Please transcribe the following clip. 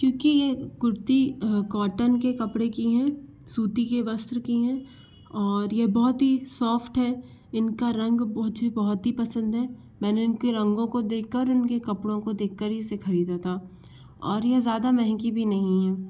क्योंकि यह कुर्ती कॉटन के कपड़े की है सूती के वस्त्र की है और यह बहुत ही सॉफ्ट है इनका रंग मुझे बहुत ही पसंद है मैंने इनके रंगो को देख कर इनके कपड़ों को देख कर ही ख़रीदा था और यह ज़्यादा महंगी भी नहीं है